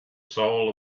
soul